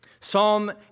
Psalm